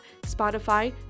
Spotify